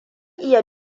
iya